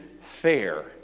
fair